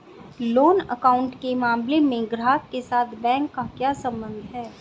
Loan account के मामले में ग्राहक के साथ बैंक का क्या संबंध है?